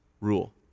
rule